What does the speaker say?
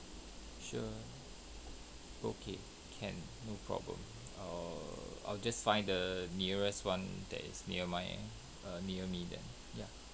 sure okay can no problem err I'll just find the nearest one that is near my err near me then ya